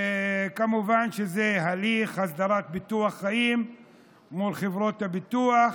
כמובן שלהליך הסדרת ביטוח חיים מול חברות הביטוח,